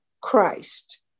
Christ